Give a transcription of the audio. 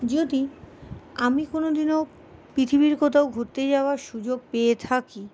যদি আমি কোনো দিনও পৃথিবীর কোথাও ঘুরতে যাওয়ার সুযোগ পেয়ে থাকি